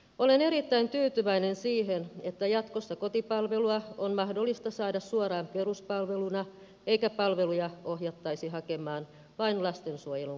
olen erittäin tyytyväinen siihen että jatkossa kotipalvelua on mahdollista saada suoraan peruspalveluna eikä palveluja ohjattaisi hakemaan vain lastensuojelun kautta